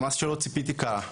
ומה שלא ציפיתי קרה,